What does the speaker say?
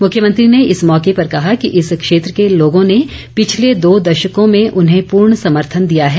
मुख्यमंत्री ने इस मौके पर कहा कि इस क्षेत्र के लोगों ने पिछले दो दशकों में उन्हें पूर्ण समर्थन दिया है